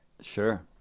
Sure